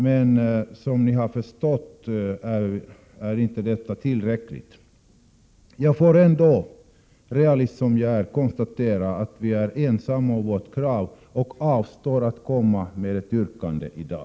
Men som ni har förstått är inte detta tillräckligt. Jag får ändå konstatera, realist som jag är, att vi är ensamma om vårt krav, och avstår därför från att komma med ett yrkande i dag.